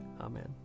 Amen